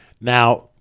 Now